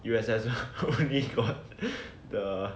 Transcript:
U_S_S only got the